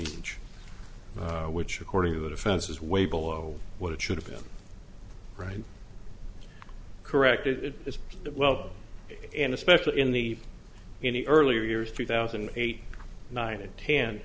each which according to the defense is way below what it should have been right corrected as well and especially in the in the earlier years two thousand and eight nine and ten